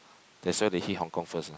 that's why they hit Hong-Kong first ah